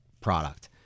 product